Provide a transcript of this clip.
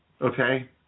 okay